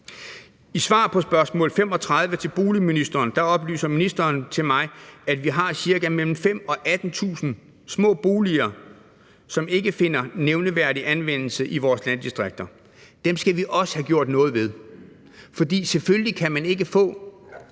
et svar på spørgsmål 35 til boligministeren oplyser ministeren til mig, at vi cirka har mellem 5.000 og 18.000 små boliger, som ikke finder nævneværdig anvendelse, i vores landdistrikter. Dem skal vi også have gjort noget ved. For selvfølgelig kan man ikke få